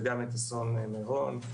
אסון מירון.